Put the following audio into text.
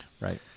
Right